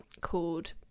called